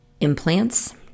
implants